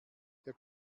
der